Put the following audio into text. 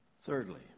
Thirdly